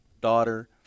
daughter